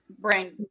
brain